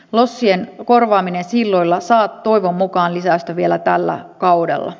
lossien korvaaminen silloilla saa toivon mukaan lisäystä vielä tällä kaudella